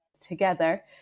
together